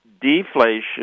deflation